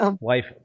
Life